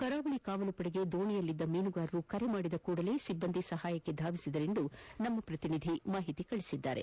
ಕರಾವಳಿ ಕಾವಲುಪಡೆಗೆ ದೋಣಿಯಲ್ಲಿದ್ದ ಮೀನುಗಾರರು ಕರೆ ಮಾಡಿದ ಕೂಡಲೇ ಸಿಬ್ಬಂದಿ ಸಹಾಯಕ್ಕೆ ಧಾವಿಸಿದರೆಂದು ನಮ್ಮ ಪ್ರತಿನಿಧಿ ಮಾಹಿತಿನೀಡಿದ್ದಾರೆ